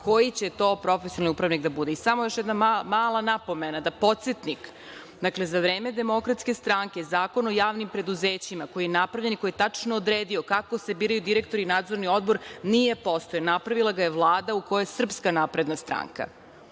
koji će to profesionalni upravnik da bude. Samo još jedna mala napomena, podsetnik. Dakle, za vreme DS Zakon o javnim preduzećima, koji je napravljen i koji tačno odredio kako se biraju direktori i nadzorni odbor, nije postojao, napravila ga je Vlada u kojoj je SNS. Dakle, samo